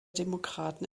demokraten